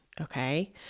Okay